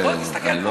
אבל בוא תסתכל פה.